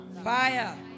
Fire